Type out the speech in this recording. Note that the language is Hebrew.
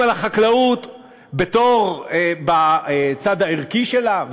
כולם מדברים על החקלאות בצד הערכי שלה,